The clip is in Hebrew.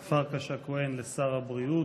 פרקש הכהן לשר הבריאות,